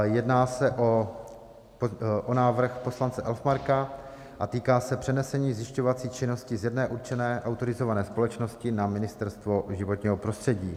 Jedná se o návrh poslance Elfmarka a týká se přenesení zjišťovací činnosti z jedné určené autorizované společnosti na Ministerstvo životního prostředí.